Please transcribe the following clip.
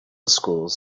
schools